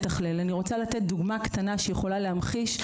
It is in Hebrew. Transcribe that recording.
אני רוצה לתת דוגמה קטנה בשביל להמחיש,